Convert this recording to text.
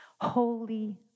Holy